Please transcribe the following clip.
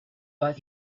but